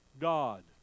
God